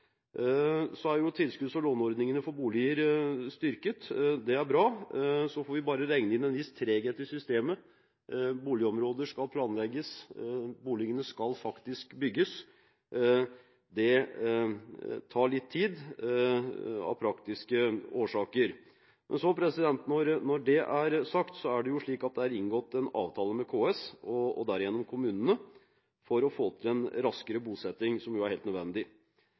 Så er jo tilskudds- og låneordningene for boliger styrket. Det er bra. Så får vi bare regne inn en viss treghet i systemet. Boligområder skal planlegges, boligene skal faktisk bygges. Det tar litt tid, av praktiske årsaker. Men når det er sagt, er det inngått en avtale med KS, og derigjennom kommunene, for å få til en raskere bosetting – som jo er helt nødvendig.